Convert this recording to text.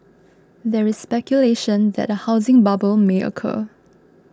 there is speculation that a housing bubble may occur